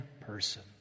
person